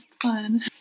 fun